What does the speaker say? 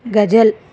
గజల్